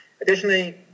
Additionally